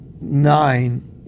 nine